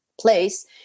place